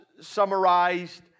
summarized